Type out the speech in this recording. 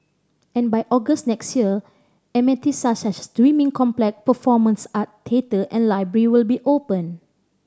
and by August next year amenities such as the swimming complex performance art theatre and library will be open